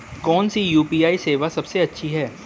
कौन सी यू.पी.आई सेवा सबसे अच्छी है?